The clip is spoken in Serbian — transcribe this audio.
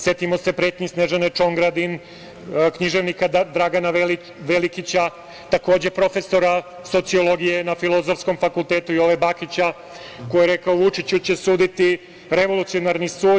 Setimo se pretnji Snežane Čongradin, književnika Dragana Velikića, takođe profesora sociologije na Filozofskom fakultetu, Jove Bakića, koji je rekao: "Vučiću će suditi revolucionarni sud.